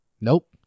Nope